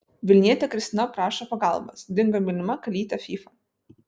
vilnietė kristina prašo pagalbos dingo mylima kalytė fyfa